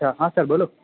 હા સર બોલો